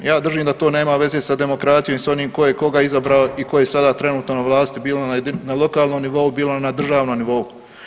Ja držim da to nema veze sa demokracijom i sa onim tko je koga izabrao i tko je sada trenutno na vlasti bilo na lokalnom nivou, bilo na državnom nivou.